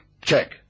Check